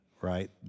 Right